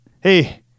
Hey